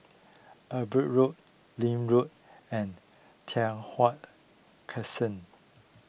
Amber Road Link Road and Tai Hwan Crescent